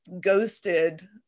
ghosted